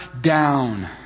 down